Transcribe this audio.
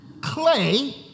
clay